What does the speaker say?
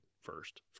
first